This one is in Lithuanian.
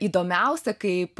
įdomiausia kaip